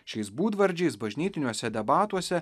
šiais būdvardžiais bažnytiniuose debatuose